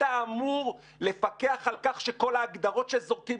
אתה אמור לפקח על כך שכל ההגדרות שזורקים